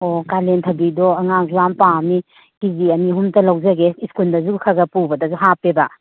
ꯑꯣ ꯀꯥꯂꯦꯟ ꯊꯕꯤꯗꯣ ꯑꯉꯥꯡꯁꯨ ꯌꯥꯝ ꯄꯥꯝꯏ ꯀꯤ ꯖꯤ ꯑꯅꯤ ꯍꯨꯝꯇ ꯂꯧꯖꯒꯦ ꯁ꯭ꯀꯨꯜꯗꯁꯨ ꯈꯔ ꯈꯔ ꯄꯨꯕꯗꯒ ꯍꯥꯞꯄꯦꯕ